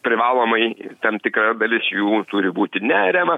privalomai tam tikra dalis jų turi būti neariama